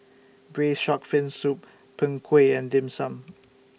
Braised Shark Fin Soup Png Kueh and Dim Sum